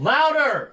Louder